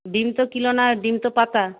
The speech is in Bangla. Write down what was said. ডিম তো কিলো না ডিম তো পাতা